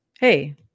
hey